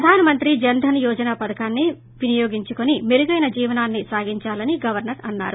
ప్రధాన మంత్రి జనధన్ యోజన పదకాన్ని వినియోగించుకోని మెరుగైన జీవనాన్ని సాగించాలని గవర్సర్ అన్నారు